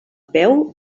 peu